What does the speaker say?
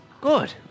Good